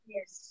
Yes